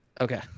Okay